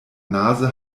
nase